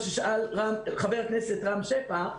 שאלתו של חבר הכנסת רם שפע.